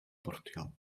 portugal